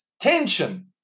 tension